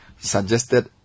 suggested